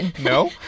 No